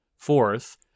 Fourth